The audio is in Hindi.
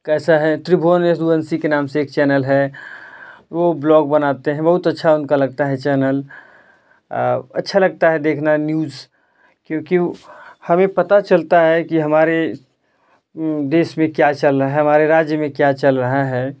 कैसा है त्रिभुवन रघुवंशी के नाम से एक चैनल है वह ब्लॉग बनाते हैं बहुत अच्छा उनका लगता है चैनल अच्छा लगता है देखना न्यूस क्योंकि हमें पता चलता है कि हमारे देश में क्या चल रहा है हमारे राज्य में क्या चल रहा है